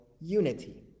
unity